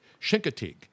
Shinkatig